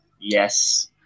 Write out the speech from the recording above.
Yes